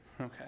Okay